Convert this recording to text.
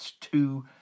two